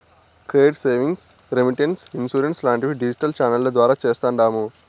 credit savings, remittance, insurance లాంటివి digital ఛానెల్ల ద్వారా చేస్తాండాము